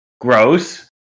Gross